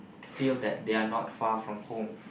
feel that they are not far from home